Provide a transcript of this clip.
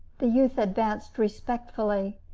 the youth advanced respectfully.